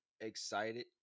excited